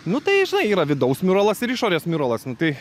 nu tai žinai yra vidaus miuralas ir išorės miuralas nu tai